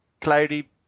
cloudy